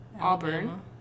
Auburn